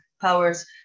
powers